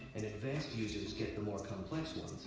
and advanced users get the more complex ones.